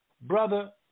Brother